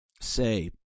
say